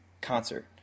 concert